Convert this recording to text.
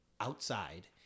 outside